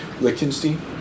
Lichtenstein